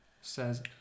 Says